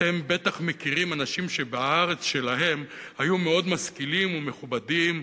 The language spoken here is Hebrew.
אתם בטח מכירים אנשים שבארץ שלהם היו מאוד משכילים ומכובדים.